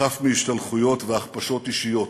חף מהשתלחויות והכפשות אישיות.